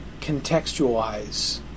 contextualize